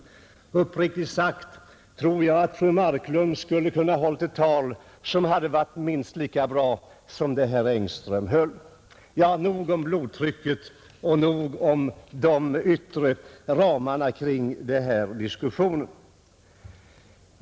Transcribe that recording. Uppriktigt sagt tror jag att fru Marklund skulle ha kunnat hålla ett tal, som varit minst lika bra som det herr Engström höll. Nog om blodtrycket och nog om de yttre ramarna kring den här diskussionen.